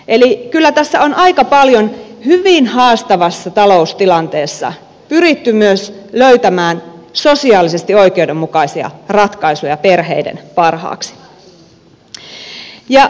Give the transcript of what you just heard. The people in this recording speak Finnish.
eli kyllä tässä on aika paljon hyvin haastavassa taloustilanteessa pyritty myös löytämään sosiaalisesti oikeudenmukaisia ratkaisuja perheiden parhaaksi